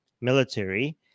military